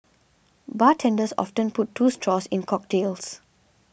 bartenders often put two straws in cocktails